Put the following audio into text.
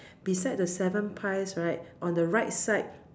beside the seven pies right on the right side